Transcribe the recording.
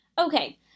Okay